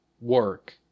work